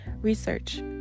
research